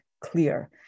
clear